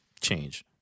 change